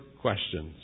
questions